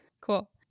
Cool